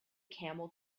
camel